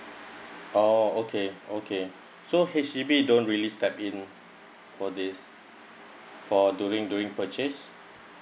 oh okay okay so H_D_B don't really step in for this for doing doing purchase